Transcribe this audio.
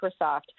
Microsoft